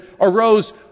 arose